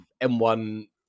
M1